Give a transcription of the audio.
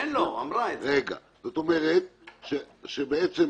זאת אומרת שעכשיו